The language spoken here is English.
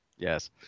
Yes